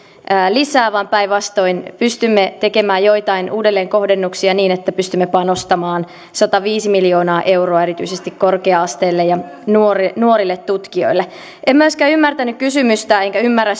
lisää vaan päinvastoin pystymme tekemään joitain uudelleenkohdennuksia niin että pystymme panostamaan sataviisi miljoonaa euroa erityisesti korkea asteelle ja nuorille tutkijoille en myöskään ymmärtänyt enkä ymmärrä